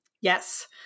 Yes